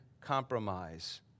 compromise